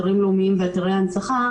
אתרים לאומיים ואתרי הנצחה,